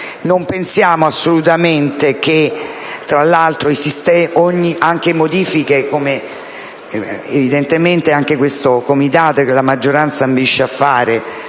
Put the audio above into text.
non pensiamo assolutamente che tra l'altro anche modifiche che evidentemente questo Comitato che la maggioranza ambisce a fare